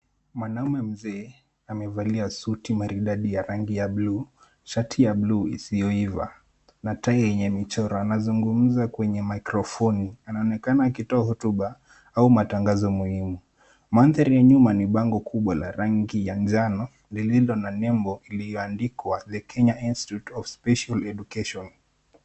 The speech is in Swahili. Mwanaume mzee amevalia suti maridadi ya rangi ya buluu , shati ya buluu isiyoiva na tai yenye michoro. Anazungumza kwenye maikrofoni anaonekana akitoa hotuba au matangazo muhimu. Mandhari ya nyuma ni bango kubwa la rangu ya njano lililo na nembo iliyoandikwa(cs)THE KENYA NATIONAL INSTITUTE OF SPECIAL EDUCATION(cs).